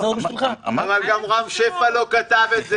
גם רם שפע לא כתב את זה.